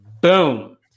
boom